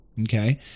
Okay